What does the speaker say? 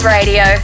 Radio